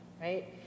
right